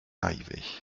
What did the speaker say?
arrivées